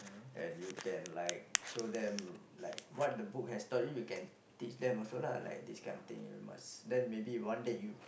and you can like show them like what the book has story you can teach them also lah this this kind of thing you must then maybe one day you